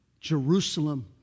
Jerusalem